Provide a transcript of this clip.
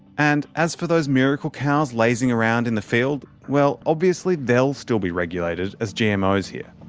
and as for those miracle cows, lazing around in the field well, obviously they'll still be regulated as gmos here.